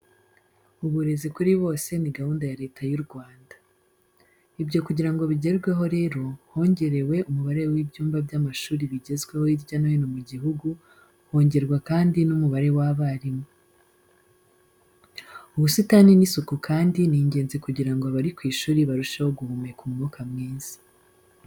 Uburezi kuri bose ni gahunda ya Leta yu Rwanda. Ibyo kugira ngo bigerweho rero, hongerewe umubare w'ibyumba by'amashuri bigezweho hirya no hino mu gihugu, hongerwa kandi n'umubare w'abarimu. Ubusitani n'isuku kandi ni ingenzi kugira ngo abari ku ishuri barusheho guhumeka umwuka mwiza.